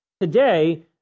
Today